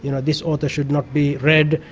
you know this author should not be read.